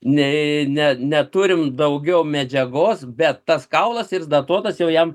nei ne neturim daugiau medžiagos bet tas kaulas jis datuotas jau jam